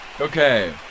Okay